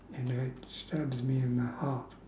and it stabs me in the heart